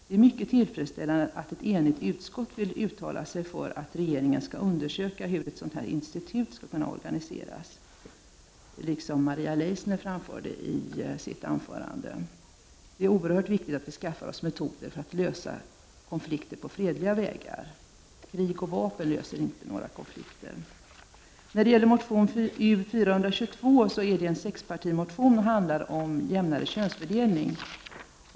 Det är mycket tillfredsställande att ett enigt utskott vill uttala sig för att regeringen skall undersöka hur ett sådant institut kan organiseras, som Maria Leissner också framförde i sitt anförande. Det är oerhört viktigt att vi skaffar oss metoder för att lösa konflikter på fredliga vägar. Krig och vapen löser inte några konflikter. Motion U422 är en sexpartimotion och handlar om jämnare könsfördelning.